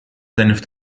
senf